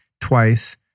twice